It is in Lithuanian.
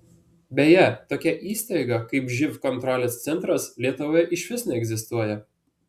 beje tokia įstaiga kaip živ kontrolės centras lietuvoje išvis neegzistuoja